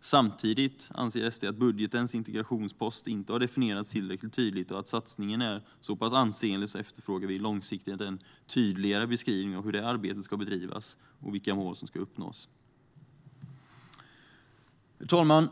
Samtidigt anser SD att budgetens integrationspost inte definierats tillräckligt tydligt, och eftersom satsningen är så pass ansenlig efterfrågar vi långsiktigt en tydligare beskrivning av hur arbetet ska bedrivas och vilka mål som ska uppnås. Herr talman!